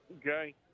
Okay